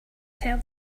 tell